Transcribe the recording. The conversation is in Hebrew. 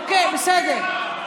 אוקיי, בסדר.